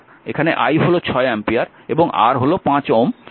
এখানে i হল 6 ampere এবং R 5 Ω